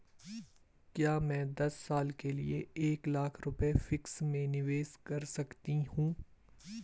क्या मैं दस साल के लिए एक लाख रुपये फिक्स में निवेश कर सकती हूँ?